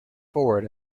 forward